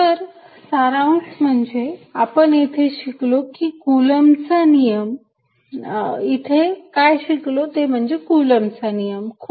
तर सारांश म्हणजे आपण इथे काय शिकलो ते म्हणजे कुलम्बचा नियम Coulomb's law